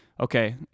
okay